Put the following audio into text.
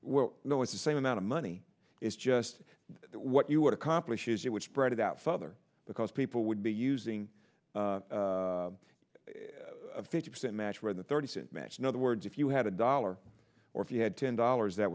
know it's the same amount of money it's just what you would accomplish is it would spread it out father because people would be using a fifty percent match where the thirty cent match in other words if you had a dollar or if you had ten dollars that